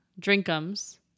drinkums